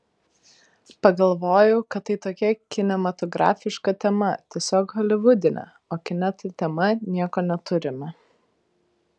pagalvojau kad tai tokia kinematografiška tema tiesiog holivudinė o kine ta tema nieko neturime